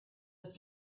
was